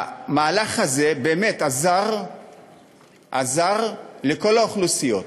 המהלך הזה באמת עזר לכל האוכלוסיות.